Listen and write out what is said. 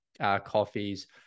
coffees